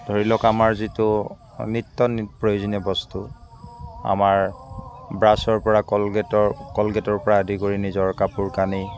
ধৰি লওক আমাৰ যিটো নিত্য প্ৰয়োজনীয় বস্তু আমাৰ ব্ৰাছৰপৰা কলগেটৰ কলগেটৰপৰা আদি কৰি নিজৰ কাপোৰ কানি